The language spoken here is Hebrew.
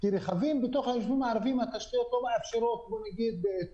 הדבר השני שאנחנו מתכוונים לעשות בחודשים הקרובים זה שינוי של שתי